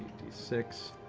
d six.